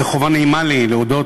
זו חובה נעימה לי להודות.